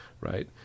right